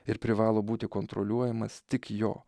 ir privalo būti kontroliuojamas tik jo